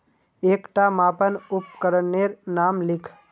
एकटा मापन उपकरनेर नाम लिख?